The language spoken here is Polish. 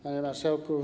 Panie Marszałku!